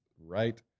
right